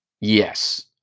Yes